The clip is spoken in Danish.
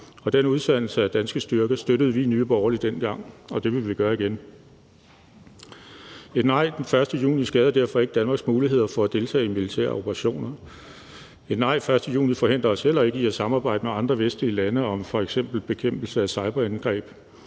og den udsendelse af danske styrker støttede vi i Nye Borgerlige dengang, og det vil vi gøre igen. Et nej den 1. juni skader derfor ikke Danmarks muligheder for at deltage i militære operationer. Et nej den 1. juni forhindrer os heller ikke i at samarbejde med andre vestlige lande om f.eks. bekæmpelse af cyberangreb.